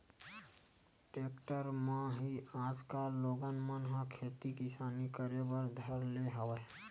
tractor म ही आजकल लोगन मन ह खेती किसानी करे बर धर ले हवय